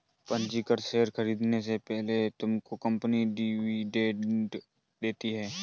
पंजीकृत शेयर खरीदने से पहले तुमको कंपनी डिविडेंड देती है